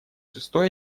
шестой